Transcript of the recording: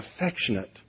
affectionate